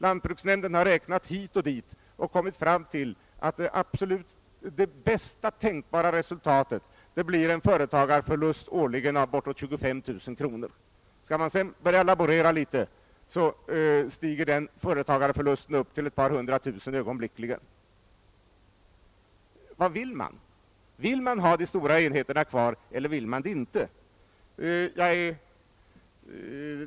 Lantbruksnämnden har räknat hit och dit och kommit fram till att det absolut bästa tänkbara resultatet blir en årlig företagarförlust på bortåt 25 000 kronor. Skall man sedan börja laborera litet stiger denna företagarförlust till ett par hundratusen kronor. Vad vill man? Vill man ha de stora enheterna kvar eller vill man det inte?